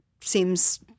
seems